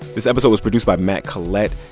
this episode was produced by matt collette,